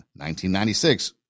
1996